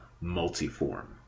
multiform